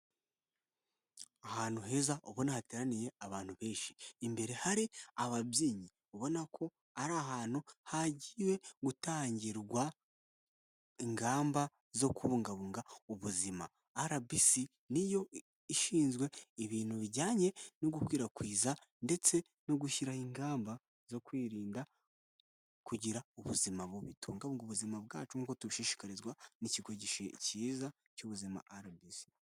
Ahantu heza ubona ko hateraniye abantu benshi, imbere hari ababyinnyi. Ubona ko ari ahantu hagiye gutangirwa ingamba zo kubungabunga ubuzima. Arabisi ni yo ishinzwe ibintu bijyanye no gukwirakwiza ndetse no gushyiraho ingamba zo kwirinda kugira ubuzima bubi. Tubungabunge ubuzima bwacu nkuko tubishishikarizwa n'ikigo cyiza cy'ubuzima Arabisi.